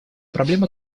проблема